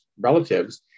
relatives